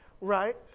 right